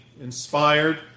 inspired